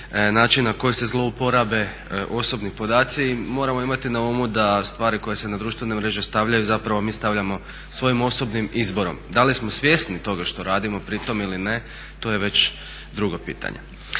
način na koji se zlouporabe osobni podaci i moramo imati na umu da stvari koje se na društvene mreže stavljaju zapravo mi stavljamo svojim osobnim izborom. Da li smo svjesni toga što radimo pri tome ili ne to je već drugo pitanje.